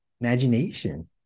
imagination